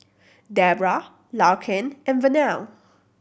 Debrah Larkin and Vernell